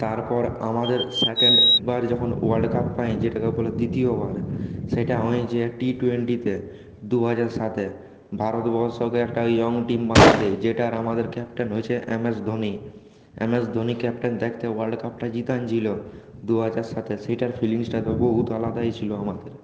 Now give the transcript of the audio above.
তারপর আমাদের সেকেন্ড বার যখন ওয়ার্ল্ড কাপ পাই যেটাকে বলে দ্বিতীয়বার সেটা হচ্ছে টি টোয়েন্টিতে দুহাজার সাতে ভারতবর্ষকে একটা ইয়ং টিম বানিয়ে দেয় যেটার আমাদের ক্যাপ্টেন হয়েছে MS Dhoni MS Dhoni captain থাকতে ওয়ার্ল্ড কাপটা জিতিয়েছিল দুহাজার সাতে সেটার ফিলিংটা তো বহুত আলাদাই ছিল আমাদের